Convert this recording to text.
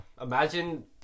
Imagine